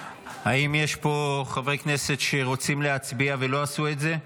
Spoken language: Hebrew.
האם יש פה חברי כנסת שרוצים להצביע ולא עשו את זה?